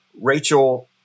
Rachel